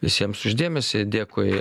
visiems už dėmesį dėkui